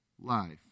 life